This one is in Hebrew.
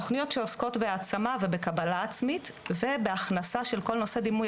אלה תוכניות שעוסקות בהעצמה ובקבלה עצמית ובהכנסה של כל נושא דימוי